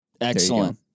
Excellent